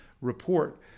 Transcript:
report